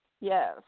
Yes